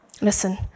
Listen